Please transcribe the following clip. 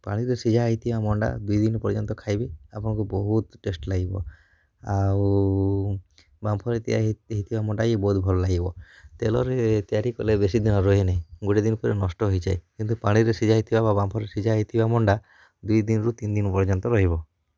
ପାଣିରେ ସିଜା ହେଇଥିବା ମଣ୍ଡା ଦୁଇ ଦିନି ପର୍ଯ୍ୟନ୍ତ ଖାଇବେ ଆପଣଙ୍କୁ ବହୁତ ଟେଷ୍ଟ ଲାଗିବ ଆଉ ବାମ୍ଫରେ ତିଆରି ହେଇ ହେଇଥିବା ମଣ୍ଡା ବି ବହୁତ ଭଲ ଲାଗିବ ତେଲରେ ତିଆରି କଲେ ବେଶୀ ଦିନ ରହେନି ଗୋଟେ ଦିନ ପରେ ନଷ୍ଟ ହେଇଯାଏ କିନ୍ତୁ ପାଣିରେ ସିଜା ହେଇଥିବା ବା ବାମ୍ଫରେ ସିଜା ହେଇଥିବା ମଣ୍ଡା ଦୁଇ ଦିନ ରୁ ତିନ ଦିନ ପର୍ଯ୍ୟନ୍ତ ରହିବ